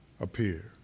appear